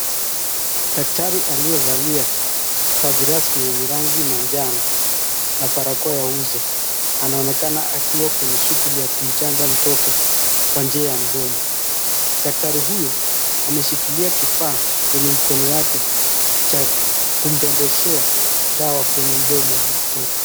Daktari aliyevalia vazi rasmi yenye rangi manjano na barakoa ya uso anaonekana akiwa kwenye shughuli ya kumchanja mtoto kwa njia ya mdomo. Daktari huyu ameshikilia kifaa kwenye mkono yake cha kumdodeshea dawa kwenye mdomo ya mtoto.